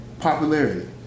popularity